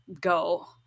go